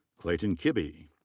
clayton kibbey.